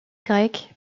grec